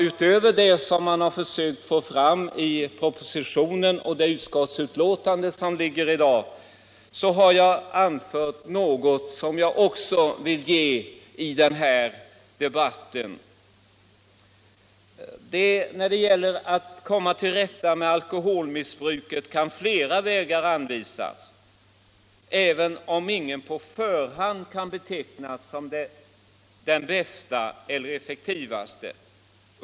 Utöver det som man försökt få fram i propositionen och det utskottsbetänkande som föreligger i dag har jag anfört något som jag också vill ta upp i den här debatten. När det gäller att komma till rätta med alkoholmissbruket kan flera vägar anvisas, även om ingen på förhand kan betecknas som den bästa och effektivaste.